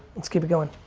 let's keep it going.